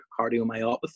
cardiomyopathy